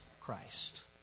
Christ